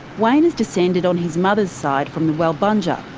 wayne is descended on his mother's side from the walbunja,